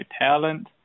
talent